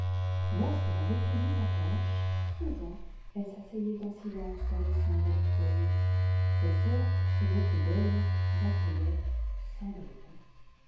lorsqu'elle avait fini sa tâche souvent elle s'asseyait en silence dans les cendres du foyer ses sœurs pour se moquer d'elle l'appelaient cendrillon